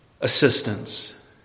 assistance